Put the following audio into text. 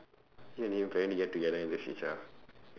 you and him trying to get together in the future ah